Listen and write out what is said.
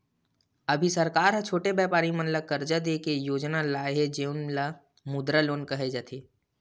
अभी सरकार ह छोटे बेपारी मन ल करजा दे के योजना लाए हे जउन ल मुद्रा लोन केहे जाथे